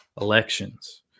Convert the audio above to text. elections